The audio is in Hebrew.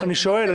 אני שואל.